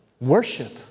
Worship